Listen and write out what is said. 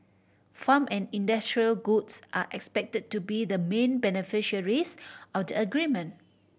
farm and industrial goods are expected to be the main beneficiaries of the agreement